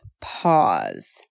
pause